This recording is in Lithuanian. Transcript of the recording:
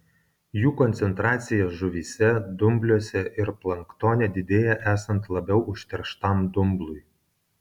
jų koncentracija žuvyse dumbliuose ir planktone didėja esant labiau užterštam dumblui